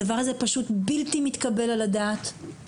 הדבר הזה פשוט בלתי מתקבל על הדעת.